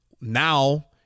now